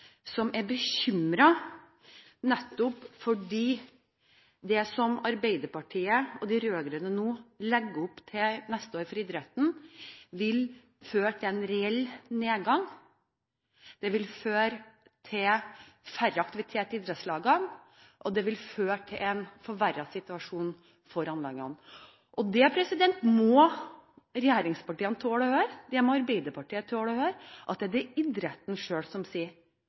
er bekymret nettopp fordi det Arbeiderpartiet og de rød-grønne nå legger opp til for idretten neste år, vil føre til en reell nedgang. Det vil føre til færre aktiviteter i idrettslagene, og en forverret situasjon for anleggene. Det må regjeringspartiene tåle å høre, og det må Arbeiderpartiet tåle å høre, at det er idretten selv som sier